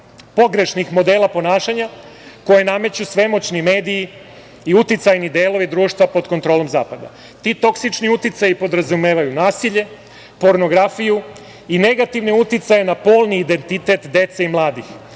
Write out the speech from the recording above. pogrešnih modela ponašanja koje nameću svemoćni mediji i uticajni delovi društva pod kontrolom zapada. Ti toksični uticaji podrazumevaju nasilje, pornografiju i negativne uticaje na polni identitet dece i